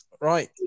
right